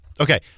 Okay